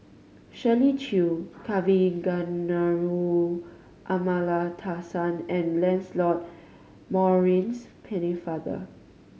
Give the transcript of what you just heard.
Shirley Chew Kavignareru Amallathasan and Lancelot Maurice Pennefather